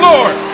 Lord